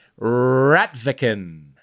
Ratviken